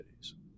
cities